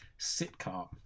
sitcom